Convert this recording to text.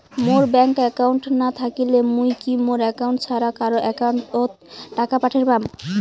মোর bank account না থাকিলে মুই কি মোর একাউন্ট ছাড়া কারো একাউন্ট অত টাকা পাঠের পাম?